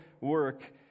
work